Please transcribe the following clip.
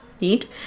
Neat